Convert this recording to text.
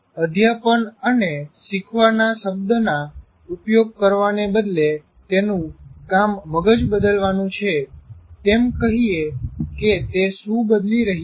અધ્યાપન અને શીખવાના શબ્દના ઊપયોગ કરવાને બદલે તેનું કામ મગજ બદલવાનું છે તેમ કહીએ કે તે શું બદલી રહ્યા છે